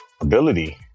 ability